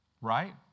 Right